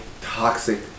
toxic